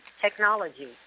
technology